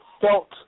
felt